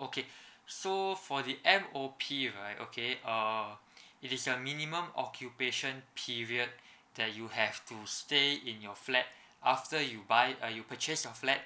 okay so for the M_O_P right okay uh it is a minimum occupation period that you have to stay in your flat after you buy uh you purchase your flat